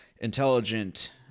intelligent